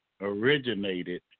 Originated